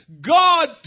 God